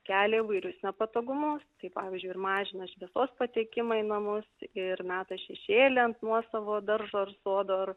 kelia įvairius nepatogumus tai pavyzdžiui ir mažina šviesos patekimą į namus ir meta šešėlį ant nuosavo daržo ar sodo